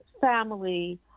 family